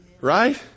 right